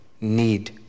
need